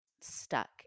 stuck